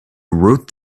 wrote